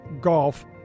golf